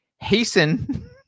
hasten